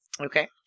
Okay